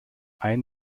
einen